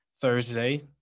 Thursday